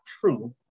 true